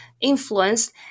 influenced